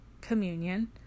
communion